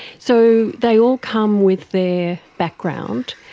so they all come with their background,